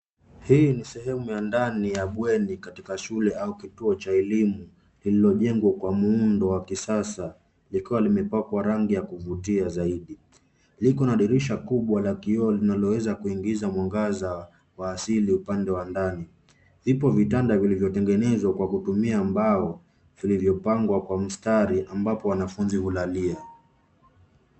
Hii ni sehemu ya ndani ya bweni katika shule au kituo cha elimu lililojengwa kwa muundo wa kisasa ikiwa imepakwa rangi ya kuvutia zaidi. Liko na dirisha kubwa la kioo linaloweza kuingiza mwangaza kwa asili upande wa ndani. Viko vitanda vilivyotengenezwa kwa kutumia mbao vilivyopangwa kwa mistari ambapo wanafunzi hulalia.